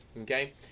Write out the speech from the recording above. okay